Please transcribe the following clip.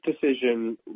decision